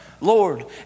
Lord